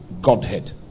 Godhead